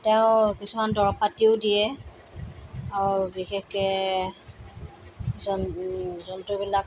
তেওঁ কিছুমান দৰৱ পাতিও দিয়ে আৰু বিশেষকৈ জন জন্তুবিলাক